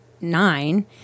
nine